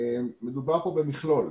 מדובר כאן במכלול.